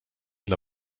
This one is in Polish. dla